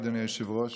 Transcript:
אדוני היושב-ראש,